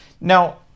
now